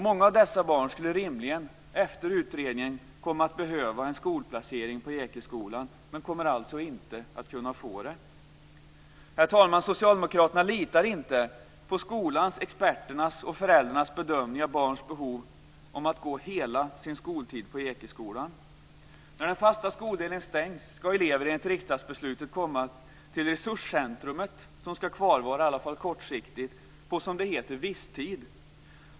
Många av dessa barn skulle rimligen, efter utredningen, komma att behöva en skolplacering på Ekeskolan, men kommer alltså inte att kunna få det. Herr talman! Socialdemokraterna litar inte på skolans, experternas och föräldrarnas bedömning av barns behov av att gå hela sin skoltid på Ekeskolan. När den fasta skoldelen stängs ska elever enligt riksdagsbeslutet komma till resurscentrumet - det ska finnas kvar i alla fall kortsiktigt - på "visstid".